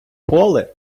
поле